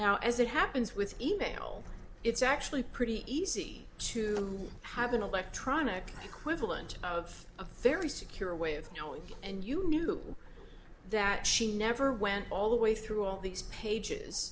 now as it happens with email it's actually pretty easy to have an electronic equivalent of a very secure way of knowing and you knew that she never went all the way through all these pages